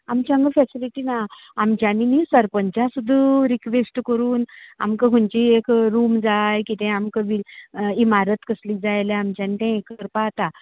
आमच्या हांगा फेसिलिटी ना आमच्या न्ही सरपंचाक सुद्दां रिकवेस्ट करून आमकां खयंचे एक रूम जाय कितें आमकां बिन इमारत कसली जाय जाल्यार आमच्यानी ते ये करपाक जाता